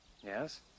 Yes